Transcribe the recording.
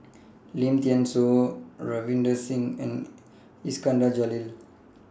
Lim Thean Soo Ravinder Singh and Iskandar Jalil